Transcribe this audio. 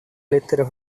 lettera